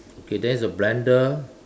okay there's a blender